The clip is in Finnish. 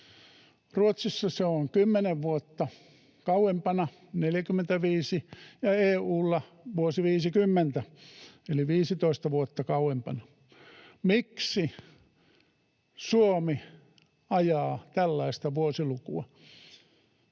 Ruotsissa se on kymmenen vuotta kauempana, 45, ja EU:lla vuosi 50 eli 15 vuotta kauempana. Miksi Suomi ajaa tällaista vuosilukua